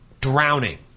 drowning